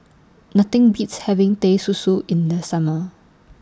Nothing Beats having Teh Susu in The Summer